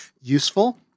useful